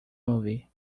movie